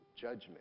judgment